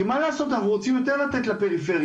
כי מה לעשות, אנחנו רוצים יותר לתת לפריפריה.